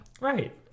right